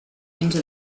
into